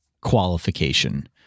qualification